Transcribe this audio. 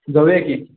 जाऊया की